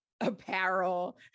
apparel